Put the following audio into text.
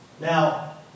Now